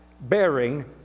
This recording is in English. bearing